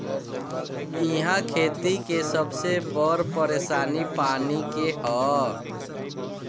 इहा खेती के सबसे बड़ परेशानी पानी के हअ